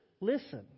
Listen